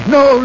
no